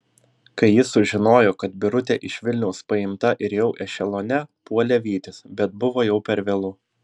kai jis sužinojo kad birutė iš vilniaus paimta ir jau ešelone puolė vytis bet buvo jau per vėlu